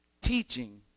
teaching